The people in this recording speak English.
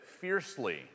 fiercely